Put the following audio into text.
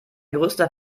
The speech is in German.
größter